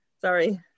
Sorry